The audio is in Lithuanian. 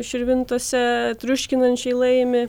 širvintose triuškinančiai laimi